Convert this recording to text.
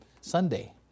Sunday